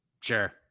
Sure